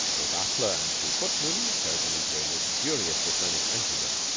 a butler and two footmen showed them into a luxuriously furnished anteroom.